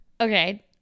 Okay